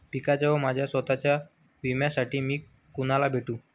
पिकाच्या व माझ्या स्वत:च्या विम्यासाठी मी कुणाला भेटू?